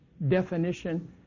definition